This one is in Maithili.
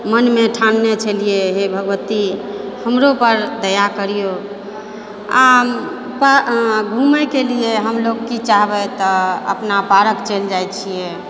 मोनमे ठानने छलिए हे भगवत्ती हमरोपर दया करिऔ आओर पर घुमैके लिए हमलोक की चाहबै तऽ अपना पारक चलि जाइ छिए